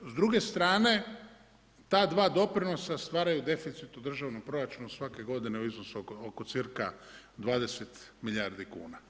S druge strane, ta dva doprinosa stvaraju deficit u državnom proračunu svake godine u iznosu oko cca 20 milijardi kuna.